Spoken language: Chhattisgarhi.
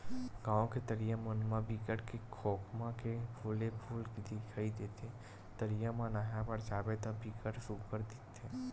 गाँव के तरिया मन म बिकट के खोखमा के फूल फूले दिखई देथे, तरिया म नहाय बर जाबे त बिकट सुग्घर दिखथे